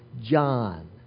John